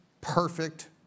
perfect